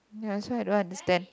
ya so I don't understand